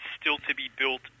still-to-be-built